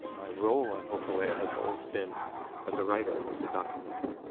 my role on hokulea has always been as a writer, and as a documenter.